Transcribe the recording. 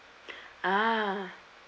ah